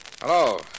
Hello